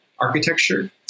architecture